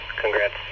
Congrats